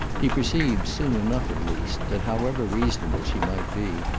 he perceived soon enough at least that, however reasonable she might be,